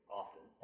often